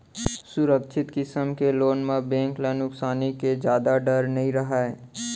सुरक्छित किसम के लोन म बेंक ल नुकसानी के जादा डर नइ रहय